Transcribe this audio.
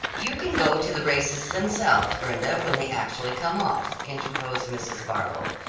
you can go to the races themselves, brenda, when they actually come off, interposed mrs. barlow,